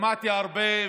שמעתי הרבה,